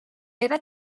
era